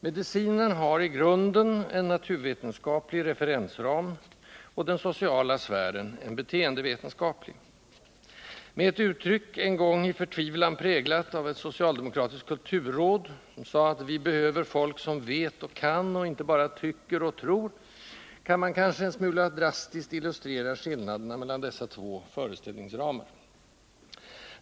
Medicinen har i grunden en naturvetenskaplig referensram, den sociala sfären en beteendevetenskaplig. Med ett uttryck, en gång i förtvivlan präglat av ett socialdemokratiskt kulturråd — Vi behöver folk som vet och kan och inte bara tycker och tror” — kan man kanske «en smula drastiskt illustrera skillnaderna mellan dessa två föreställningsra mar.